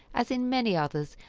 as in many others,